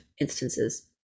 instances